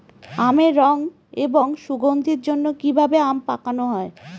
আমের রং এবং সুগন্ধির জন্য কি ভাবে আম পাকানো হয়?